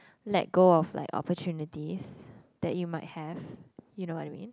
let go of like opportunities that you might have you know what I mean